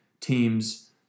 teams